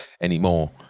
anymore